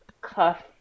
cuff